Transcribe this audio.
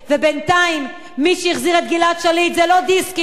בינתיים, מי שהחזיר את גלעד שליט זה לא דיסקין,